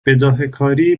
بداههکاری